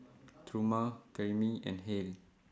Truman Karyme and Hale